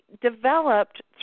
developed